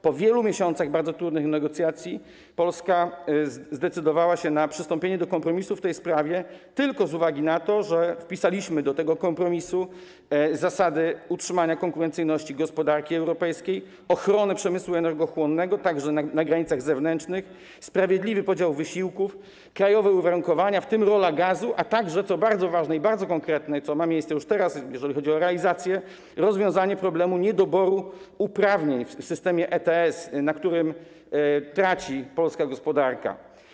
Po wielu miesiącach bardzo trudnych negocjacji Polska zdecydowała się na przystąpienie do kompromisu w tej sprawie tylko z uwagi na to, że wpisaliśmy do tego kompromisu: zasady utrzymania konkurencyjności gospodarki europejskiej, ochrony przemysłu energochłonnego, także na granicach zewnętrznych, sprawiedliwy podział wysiłków, krajowe uwarunkowania, w tym rolę gazu, a także, co bardzo ważne i bardzo konkretne, i co ma miejsce już teraz, jeżeli chodzi o realizację, rozwiązanie problemu niedoboru uprawnień w systemie ETS, na którym traci polska gospodarka.